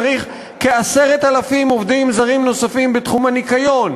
צריך כ-10,000 עובדים זרים נוספים בתחום הניקיון.